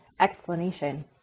explanation